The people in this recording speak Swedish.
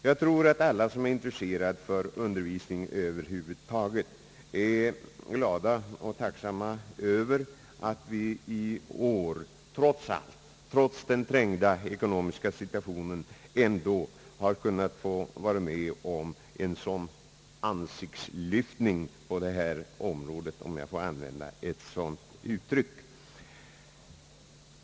Jag tror att alla som över huvud taget är intresserade av undervisning är glada och tacksamma över att vi i år trots allt, trots den trängda ekonomiska situationen, har kunnat få vara med om en sådan ansiktslyftning på detta område, om jag får använda ett sådant uttryck.